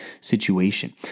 situation